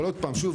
אבל שוב,